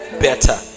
better